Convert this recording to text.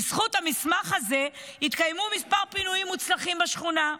בזכות המסמך הזה התקיימו כמה פינויים מוצלחים בשכונה.